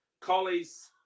Collies